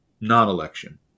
non-election